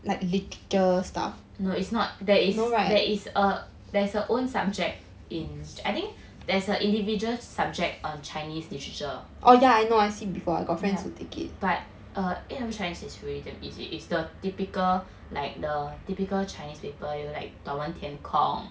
no it's not there is there is err there is a own subject in each I think there's a individual subject on chinese literature but A level chinese it's really damn easy it's the typical like the like the typical chinese paper you know like 短文填空